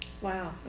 Wow